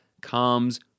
comes